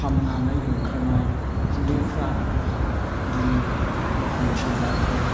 खामनानै ओंखारनाय उखुन्दैफ्रा दिनै मिथिंगाखौ